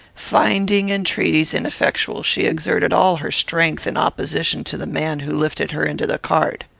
finding entreaties ineffectual, she exerted all her strength in opposition to the man who lifted her into the cart.